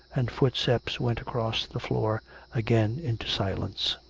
and footsteps went across the floor again into silence.